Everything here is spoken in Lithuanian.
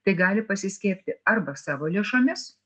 tai gali pasiskiepyti arba savo lėšomis